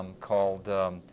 called